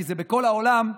כי זה בכל העולם,